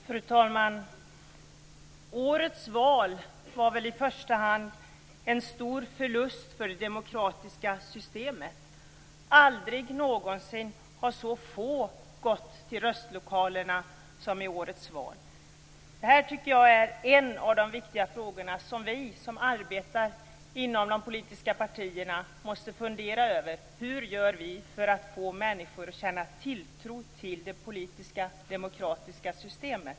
Fru talman! Årets val var i första hand en stor förlust för det demokratiska systemet. Aldrig någonsin har så få gått till röstlokalerna som i årets val. Det tycker jag är en av de viktiga frågor som vi som arbetar inom de politiska partierna måste fundera över. Hur gör vi för att få människor att känna tilltro till det politiska demokratiska systemet?